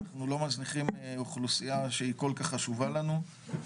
אנחנו לא מזניחים אוכלוסייה שהיא כל כך חשובה לנו.